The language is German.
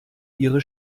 ihre